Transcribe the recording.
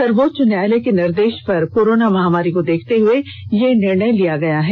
सर्वोच्च न्यायालय के निर्देश पर कोरोना महामारी को देखते हुए यह निर्णय लिया गया है